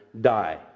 die